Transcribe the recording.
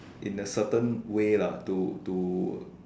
in a certain way lah to to